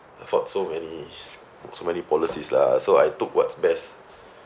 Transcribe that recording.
afford so many s~ so many policies lah so I took what's best